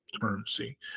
currency